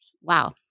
Wow